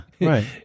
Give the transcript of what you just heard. right